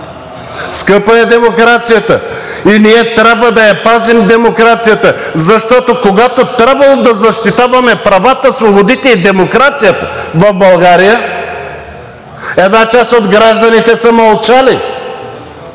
Скъпа е демокрацията и ние трябва да я пазим демокрацията, защото, когато е трябвало да защитаваме правата, свободите и демокрацията в България, една част от гражданите са мълчали